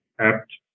apt